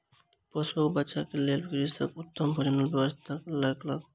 पशुक बच्चाक लेल कृषक उत्तम भोजनक व्यवस्था कयलक